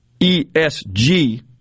ESG